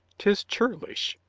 tis churlish!